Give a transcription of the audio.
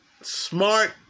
Smart